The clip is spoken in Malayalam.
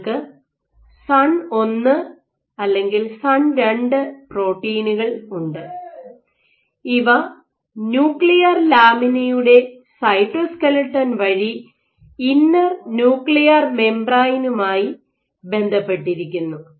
നിങ്ങൾക്ക് സൺ1 അല്ലെങ്കിൽ സൺ2 പ്രോട്ടീനുകൾ ഉണ്ട് ഇവ ന്യൂക്ലിയർ ലാമിനയുടെ സൈറ്റോസ്ക്ലെട്ടൻ വഴി ഇന്നർ ന്യൂക്ലിയർ മെംബറേനുമായി ബന്ധപ്പെട്ടിരിക്കുന്നു